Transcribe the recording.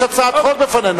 יש הצעת חוק בפנינו.